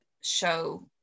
show